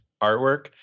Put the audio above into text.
artwork